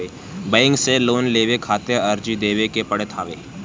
bank से loan लेवे खातिर अर्जी देवे के पड़त हवे